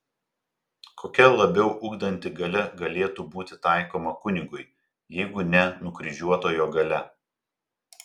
kokia labiau ugdanti galia galėtų būti taikoma kunigui jeigu ne nukryžiuotojo galia